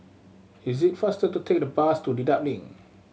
is it faster to take the bus to Dedap Link